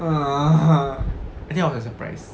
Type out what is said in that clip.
(uh huh) actually I wasn't surprised